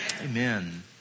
Amen